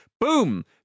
Boom